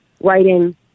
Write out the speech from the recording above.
writing